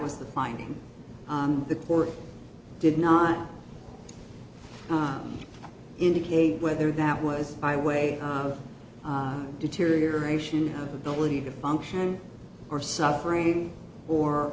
was the finding the court did not indicate whether that was by way of deterioration of ability to function or suffering or